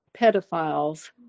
pedophiles